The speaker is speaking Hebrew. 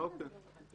אוקיי.